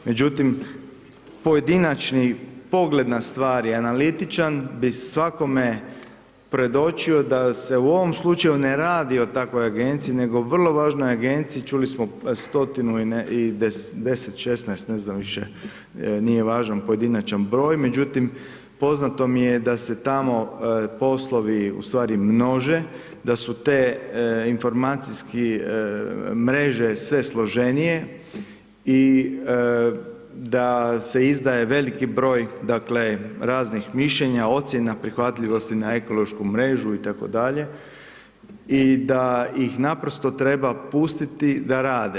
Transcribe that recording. Međutim, pojedinačni pogled na stvari, analitičan bi svakome predočio da se u ovom slučaju ne radi o takvoj agenciji, nego vrlo važnoj agenciji, čuli smo stotinu i deset, 16, ne znam više, nije važan pojedinačan broj, međutim poznato mi je da se tamo poslovi ustvari množe, da su te informacijski mreže sve složenije i da se izdaje veliki broj, dakle raznih mišljenja, ocjena prihvatljivosti na ekološku mrežu itd. i da ih naprosto treba pustiti da rade.